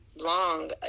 long